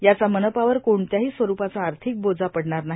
याचा मनपावर कोणत्याही स्वरूपाचा आर्थिक बोजा पडणार नाही